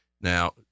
Now